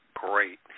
great